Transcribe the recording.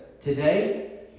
today